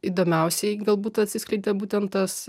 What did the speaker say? įdomiausiai galbūt atsiskleidė būtent tas